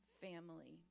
family